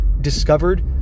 discovered